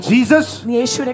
Jesus